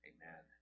Amen